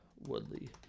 Woodley